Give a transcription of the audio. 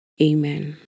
Amen